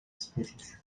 especies